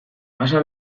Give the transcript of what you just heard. pasa